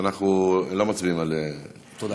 אז אנחנו לא מצביעים על הסתפקות.